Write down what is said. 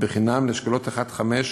חינם לאשכולות 1 5,